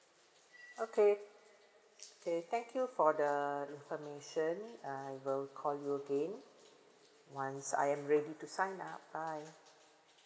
okay okay thank you for the information uh I will call you again once I am ready to sign up bye